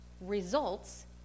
results